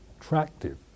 attractive